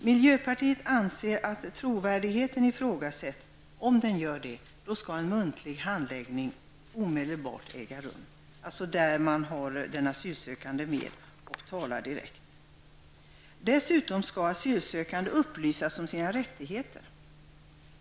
Miljöpartiet anser att om trovärdigheten ifrågasätts skall en muntlig handläggning omedelbart äga rum. Det innebär att man har den asylsökande med och talar direkt med honom eller henne. Dessutom skall asylsökande upplysas om sina rättigheter.